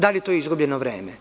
Da li je to izgubljeno vreme?